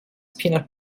peanut